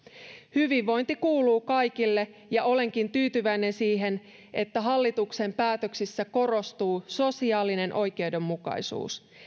hyvinvointi kuuluu kaikille ja olenkin tyytyväinen siihen että hallituksen päätöksissä korostuu sosiaalinen oikeudenmukaisuus